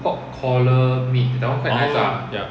oh ya